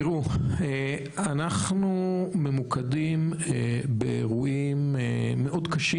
תראו, אנחנו ממוקדים באירועים קשים מאוד,